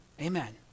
Amen